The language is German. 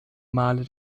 male